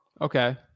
okay